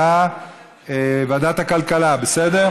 לוועדת הכלכלה נתקבלה.